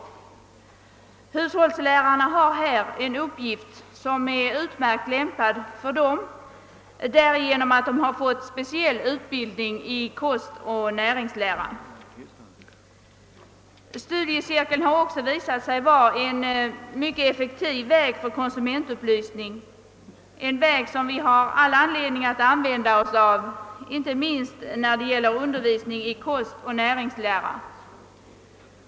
Hushållslärarna har här en uppgift, som är utmärkt lämpad för dem ' därigenom att de fått specialutbildning i kostoch näringslära. Studiecirkeln har också visat sig vara en mycket effektiv väg för konsumentupplysning, en väg som vi har all anledning att använda oss av inte minst när det gäller undervisning i kostoch näringslära.